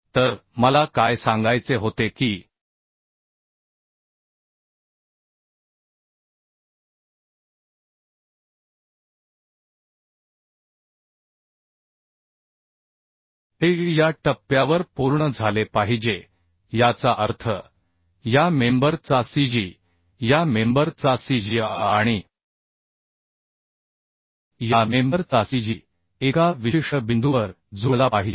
तर मला काय सांगायचे होते की हे या टप्प्यावर पूर्ण झाले पाहिजे याचा अर्थ या मेंबर चा cg या मेंबर चा cgआणि या मेंबर चा cg एका विशिष्ट बिंदूवर जुळला पाहिजे